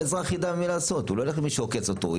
האזרח לא ילך למי שעוקץ אותו.